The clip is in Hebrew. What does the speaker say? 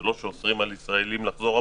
זה לא שאוסרים על ישראלים לחזור,